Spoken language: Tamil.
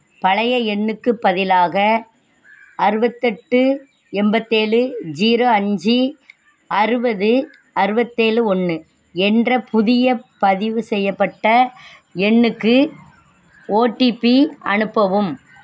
பழைய எண்ணுக்குப் பதிலாக அறுபத்தெட்டு எண்பத்தேலு ஜீரோ அஞ்சு அறுபது அறுபத்தேலு ஒன்று என்ற புதிய பதிவுசெய்யப்பட்ட எண்ணுக்கு ஓடிபி அனுப்பவும்